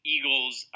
Eagles